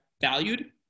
valued